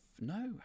No